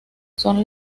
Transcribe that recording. son